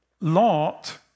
Lot